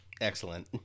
Excellent